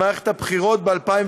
במערכת הבחירות ב-2015,